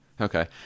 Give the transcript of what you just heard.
Okay